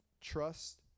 trust